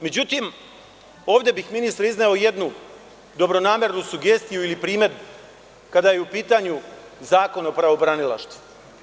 Međutim, ovde bih, ministre, izneo jednu dobronamernu sugestiju ili primedbu kada je u pitanju Zakon o pravobranilaštvu.